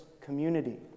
community